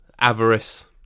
avarice